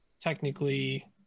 technically